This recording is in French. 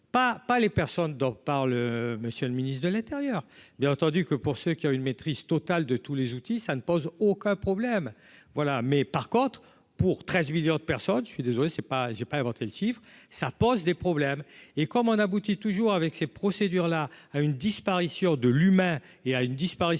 pas les personnes dont parle monsieur le ministre de l'Intérieur, bien entendu que pour ceux qui ont une maîtrise totale de tous les outils, ça ne pose aucun problème, voilà, mais par contre pour 13 millions de personnes, je suis désolé, c'est pas j'ai pas inventé le Siffre ça pose des problèmes, et comme on aboutit toujours avec ses procédures là à une disparition de l'humain et à une disparition